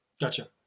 Gotcha